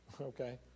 Okay